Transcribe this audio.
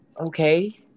Okay